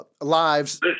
lives